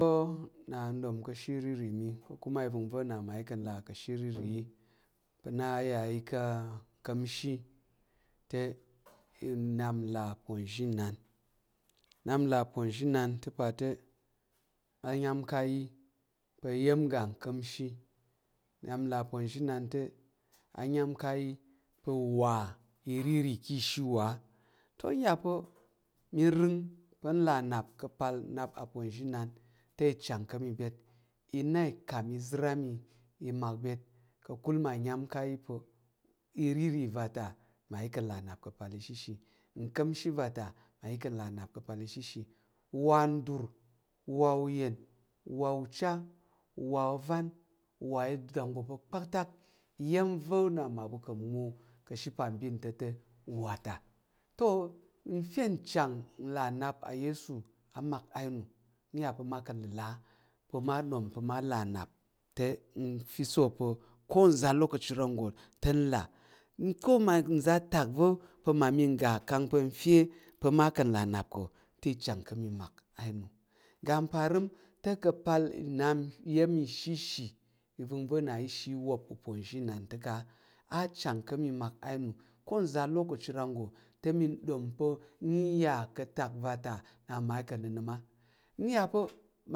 Pa̱ na nɗom ka she irirì mi ko kuma ivəngva̱ na mamyi ka̱ là kashe iriri yi pa̱ na yayi ka̱ nka̱mshi te nnaplà aponzhinan nnap là aponzhinan ta pate, a nyan ko ayi pa̱ iya̱m iga ka̱mshi na pa̱ uponzhinan te anyam ko yi pa̱ uwa irirì ka̱ ishi wo, te ya pa̱ mi rəng pa̱ i la nnap ka̱ pa̱ nnap aponzhinan te i chang ka̱ mi byet i na ika̱m izər á mi mak byet ka̱kul mma nyan ko ayi pa̱ ìrirì va̱ta mmayi ka̱ là nnap ka̱ apal ishishi uka̱mshi vata ma yi ka̱ là nnap ka̱ apal ishishi nwa ndur uwa nyan, uwa uche uwa ova i uwa iza̱ nggo pa̱ kpak iya̱m va na mmaɓu ka̱ muwmo ka̱ ashe apambin ta̱ te uwa ta to nfe nchang là nnap ayesu á mak n ya pa̱ ma ka̱ ləla pa̱ ma chang pa̱ là nnap te mi so pa̱ ko nza̱ lokaci ran nggo ma ka là nnap ko te, chang pe kami mak inu lanap ko te kanag pe nfe pa mak la nap ko te achang ka̱ mi mak n ngga mparəm te ka̱ pal nnap iya̱m ishishi ivəngva̱ na ishi i wop uponzhi ta ka̱ aching fe ka̱ mi mak i na ko nza alokaci ran nggo mi ɗom pa̱ nya ka̱ atak vata wa ma ka̱ nənəm a nya pa̱.